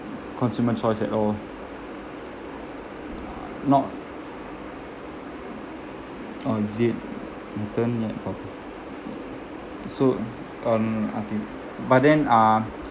consumer choice at all ah not or is it return net profit so um but then ah